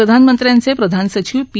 प्रधानमंत्र्यांचे प्रधान सचिव पी